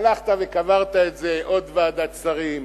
הלכת וקברת את זה, עוד ועדת שרים.